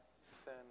sin